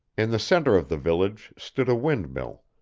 in the centre of the village stood a windmill,